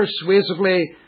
persuasively